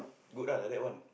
good lah like that one